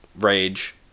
rage